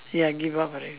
ya give up already